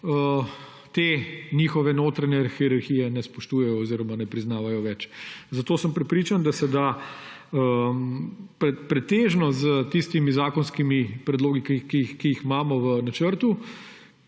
te njihove notranje hierarhije ne spoštujejo oziroma ne priznavajo več. Zato sem prepričan, da se da pretežno s tistimi zakonskimi predlogi, ki jih imamo v načrtu,